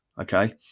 Okay